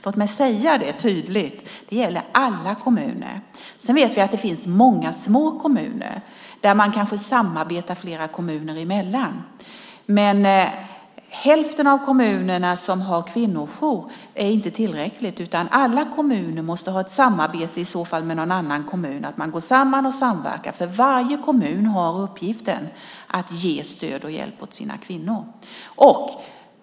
Låt mig säga det tydligt: Det gäller alla kommuner. Sedan vet vi att det finns många små kommuner där man kanske samarbetar flera kommuner emellan. Men att hälften av kommunerna har kvinnojour är inte tillräckligt, utan kommunerna måste i så fall ha ett samarbete med någon annan kommun. Varje kommun har uppgiften att ge stöd och hjälp åt kvinnorna.